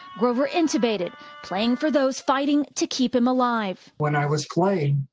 grover intubated playing for those fighting to keep him alive. when i was playing,